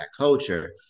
culture